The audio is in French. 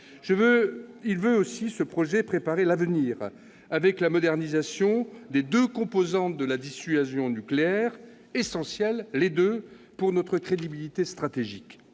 entend aussi préparer l'avenir avec la modernisation des deux composantes de la dissuasion nucléaire, essentielles pour notre crédibilité stratégique.